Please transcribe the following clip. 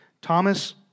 Thomas